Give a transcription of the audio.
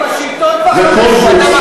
ובשיטות החדשות,